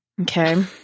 Okay